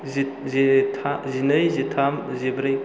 जिनै जिथाम जिब्रै